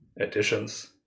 additions